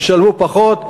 ישלמו פחות.